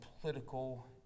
political